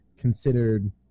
considered